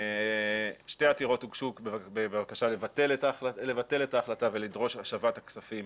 שתי עתירות הוגשו בבקשה לבטל את ההחלטה ולדרוש השבת הכספים